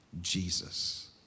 Jesus